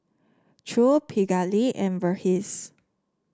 Choor Pingali and Verghese